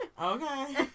Okay